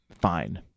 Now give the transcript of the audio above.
fine